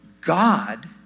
God